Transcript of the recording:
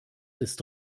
ist